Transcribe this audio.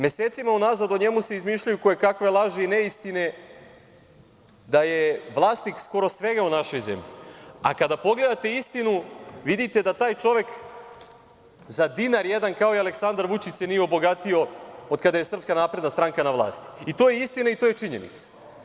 Mesecima unazad o njemu se izmišljaju kojekakve laži i neistine da je vlasnik skoro svega u našoj zemlji, a kada pogledate istinu vidite da taj čovek za dinar jedan, kao i Aleksandar Vučić, se nije obogatio od kada je SNS na vlasti i to je istina, i to je činjenica.